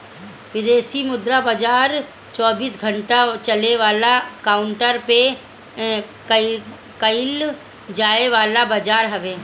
विदेशी मुद्रा बाजार चौबीसो घंटा चले वाला काउंटर पे कईल जाए वाला बाजार हवे